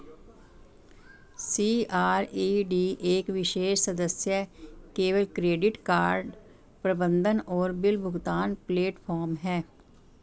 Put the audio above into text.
CRED एक विशेष सदस्य केवल क्रेडिट कार्ड प्रबंधन और बिल भुगतान प्लेटफ़ॉर्म है